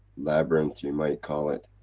labyrinth, you might call it.